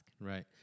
Right